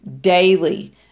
daily